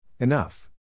Enough